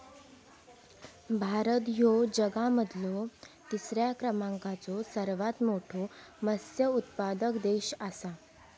भारत ह्यो जगा मधलो तिसरा क्रमांकाचो सर्वात मोठा मत्स्य उत्पादक देश आसा